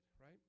right